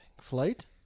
Flight